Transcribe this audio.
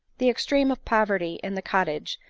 the extreme of poverty in the cottage,